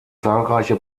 zahlreiche